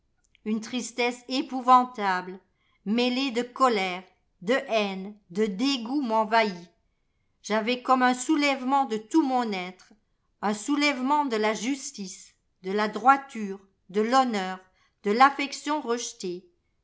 une tristesse épouvantable mêlée de colère de haine de dégoût m'envahit j'avais comme un soulèvement de tout mon être un soulèvement de la justice de la droiture de l'honneur de l'afiection rejetée